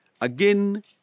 Again